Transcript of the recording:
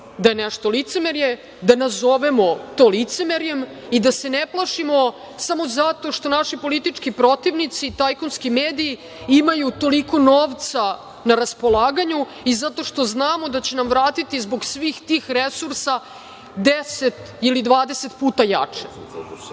da je nešto licemerje, da nazovemo to licemerjem i da se ne plašimo samo zato što naši politički protivnici i tajkunski mediji imaju toliko novca na raspolaganju i zato što znamo da će nam vratiti zbog svih tih resursa 10 ili 20 jače.